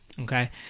Okay